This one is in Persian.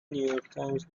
نیویورکتایمز